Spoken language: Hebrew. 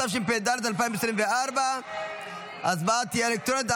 התשפ"ד 2024. ההצבעה תהיה אלקטרונית.